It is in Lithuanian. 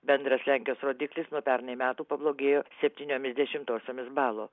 bendras lenkijos rodiklis nuo pernai metų pablogėjo septyniomis dešimtosiomis balo